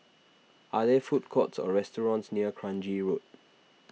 are there food courts or restaurants near Kranji Road